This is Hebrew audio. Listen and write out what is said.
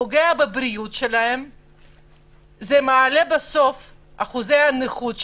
פוגעת בבריאותם ומעלה בסוף את אחוזי הנכות שלהם.